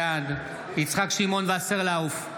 בעד יצחק שמעון וסרלאוף,